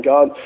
God